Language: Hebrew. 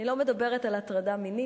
אני לא מדברת על הטרדה מינית,